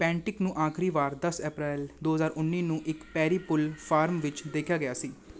ਪੈਨਟਿਕ ਨੂੰ ਆਖਰੀ ਵਾਰ ਦਸ ਅਪ੍ਰੈਲ ਦੋ ਹਜ਼ਾਰ ਉੱਨੀ ਨੂੰ ਇੱਕ ਪੈਰੀਪੁਲ ਫਾਰਮ ਵਿੱਚ ਦੇਖਿਆ ਗਿਆ ਸੀ